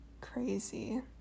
crazy